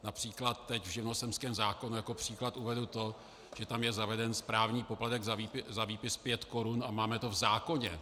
Například teď v živnostenském zákonu jako příklad uvedu to, že tam je zaveden správní poplatek za výpis pět korun, a máme to v zákoně.